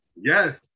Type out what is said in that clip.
Yes